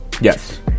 Yes